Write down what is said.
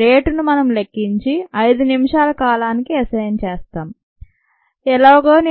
రేటును మనం లెక్కించి 5 నిమిషాల కాలానికి అసైన్ చేస్తాం ఎలాగో